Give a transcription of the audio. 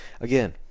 Again